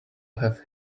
have